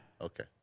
Okay